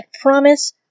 promise